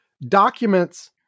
documents